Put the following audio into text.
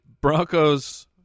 Broncos